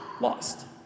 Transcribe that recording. lost